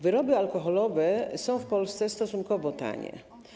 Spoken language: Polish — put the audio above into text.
Wyroby alkoholowe są w Polsce stosunkowe tanie.